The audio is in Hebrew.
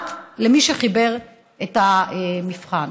מוחלט למי שחיבר את המבחן,